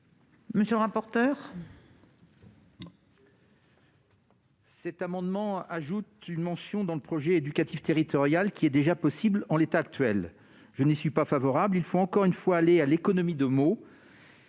monsieur le rapporteur,